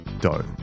dough